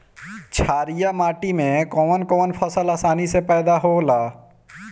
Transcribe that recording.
छारिया माटी मे कवन कवन फसल आसानी से पैदा होला?